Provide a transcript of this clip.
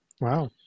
Wow